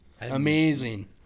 Amazing